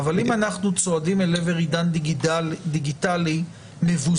אבל אם אנחנו צועדים אל עבר עידן דיגיטלי מבוזר,